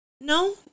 No